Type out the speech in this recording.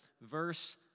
verse